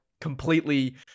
completely